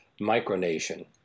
micronation